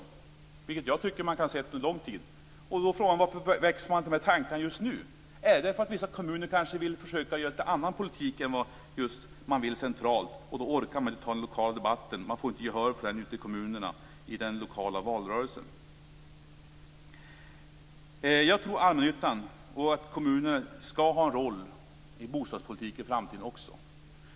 Det tycker jag man har kunnat se under en lång tid. Då är frågan: Varför väcks tankarna just nu? Är det därför att vissa kommuner försöker föra en annan politik än vad man vill centralt? Då orkar man inte ta den lokala debatten. Man får inte gehör för den ute i kommunerna i den lokala valrörelsen. Jag tror att allmännyttan och kommunerna skall ha en roll i bostadspolitiken i framtiden också.